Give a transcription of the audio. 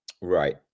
Right